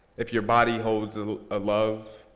if your body holds ah a love,